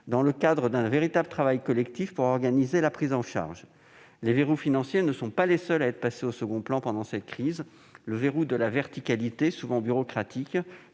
dans le cadre d'un travail collectif pour organiser la prise en charge. Les verrous financiers ne sont pas les seuls à être passés au second plan pendant cette crise : celui de la verticalité, souvent bureaucratique,